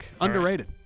underrated